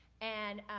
and,